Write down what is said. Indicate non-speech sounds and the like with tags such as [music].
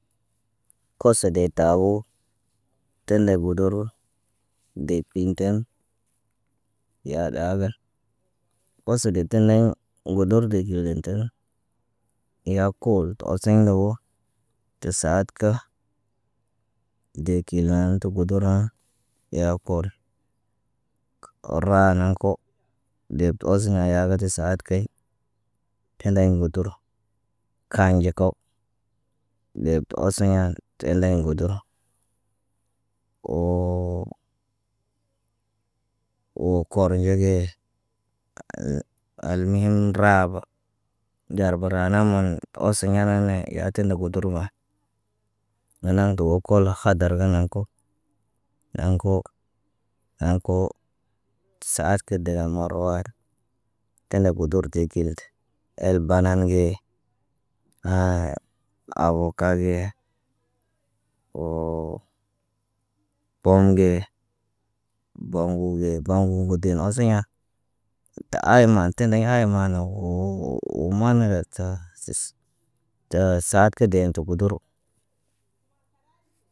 Koso de taboo tende budur deeb iɲ ta yaa naaga oso dee təneŋg, gudur de kil detene. Yaa koolo tə oseɲ ndawo tə sa- at kə dee kil na tə gudura ya kol. Ora naŋg ko, deb osə ɲaa kə tə saatkiɲ. Tendenŋg gotur kaanɟe kow. Dep oseɲa te eleɲ godur. Woo, woo kornɟo ge, [hesitation] al mihim raaba. Dar bəra na man osoɲa ne yaatine gudur ba. Nenaŋg dowokol khadar ga naŋg ko. Naŋg ko saad kə degen marawaayit. Tene gudur de kil, el banan ge, [hesitation] avocka ge, woo tom ge, boŋgu ge boŋgu gotin osiɲa. Ta aayman təndəŋg hay maan woo, maan rəta səs. Tə saat kə deen təguduru.